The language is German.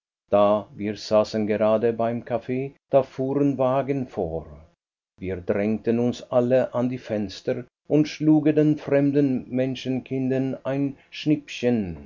ab da wir saßen gerade beim kaffee da fuhren wagen vor wir drängten uns alle an die fenster und schlugen den fremden menschenkindern ein